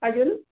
अजून